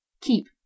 Keep